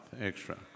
extra